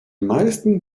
meisten